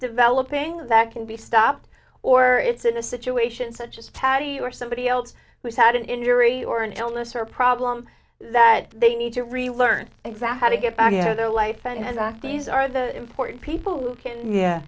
developing that can be stopped or it's in a situation such as paddy or somebody else who's had an injury or an illness or problem that they need to really learn exactly to get back into their life and these are the important people who can yeah